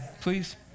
please